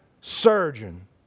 surgeon